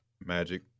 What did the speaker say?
Magic